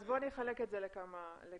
אז אני אחלק את זה לכמה דברים.